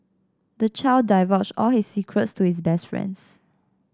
the child divulged all his secrets to his best friends